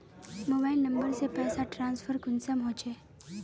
Mobile number से पैसा transfer कुंसम होचे?